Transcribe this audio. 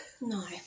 No